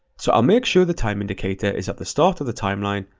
so i'll make sure the time indicator is at the start of the timeline,